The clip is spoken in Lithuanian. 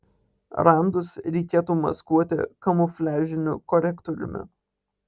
randus reikėtų maskuoti kamufliažiniu korektoriumi